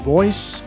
Voice